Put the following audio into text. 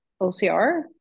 OCR